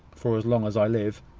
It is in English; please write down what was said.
for as long as i live.